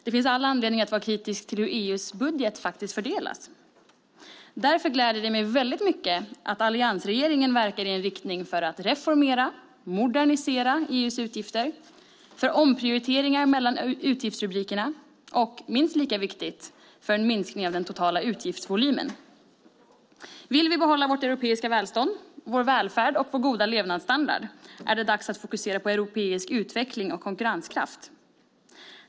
Det finns all anledning att vara kritisk till hur EU:s budget faktiskt fördelas. Därför gläder det mig väldigt mycket att alliansregeringen verkar i en riktning för att reformera och modernisera EU:s utgifter, för omprioriteringar mellan utgiftsrubrikerna och, minst lika viktigt, för en minskning av den totala utgiftsvolymen. Vill vi behålla vårt europeiska välstånd, vår välfärd och vår goda levnadsstandard är det dags att fokusera på europeisk utveckling och konkurrenskraft.